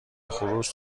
خروس